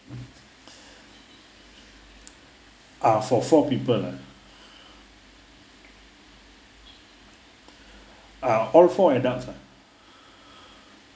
ah for four people lah uh all four adults